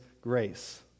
grace